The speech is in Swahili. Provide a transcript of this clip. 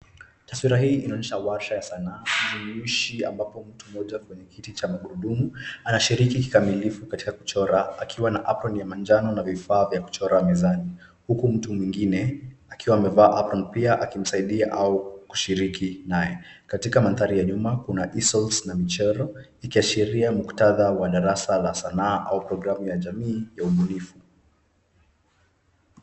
Taswira hii inaonyesha warsha ya sanaa jumuishi ambapo mtu mmoja kwenye kiti cha magurudumu anashiriki kikamilifu katika kuchora akiwa na apron ya manjano na vifaa vya kuchora mezani, huku mtu mwingine akiwa amevaa apron pia akimsaidia au kushiriki naye. Katika mandhari ya nyuma kuna measels na michoro, ikiashiria muktadha wa darasa la sanaa au programu ya jamii ya ubunifu.